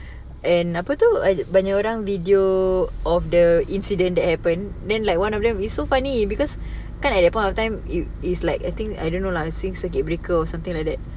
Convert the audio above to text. and apa tu banyak orang video of the incident that happen then like one of them is so funny because kan at that point of time you it's like I think I don't know lah since circuit breaker or something like that